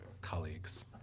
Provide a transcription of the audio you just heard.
colleagues